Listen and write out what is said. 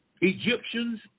Egyptians